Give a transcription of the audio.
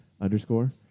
underscore